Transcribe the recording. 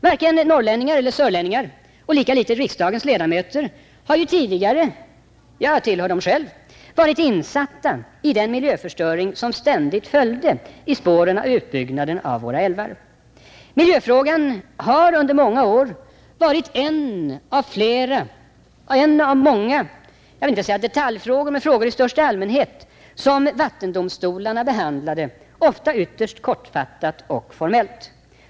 Varken norrlänningar eller sörlänningar, och lika litet riksdagens ledamöter — jag tillhör dem själv — har tidigare varit insatta i den miljöförstöring som ständigt följt i spåren av utbyggnaden av våra älvar. Miljöfrågan har under många år varit en av många, jag vill inte säga detaljfrågor, men frågor i största allmänhet, som vattendomstolarna behandlade, ofta ytterst kortfattat och formellt.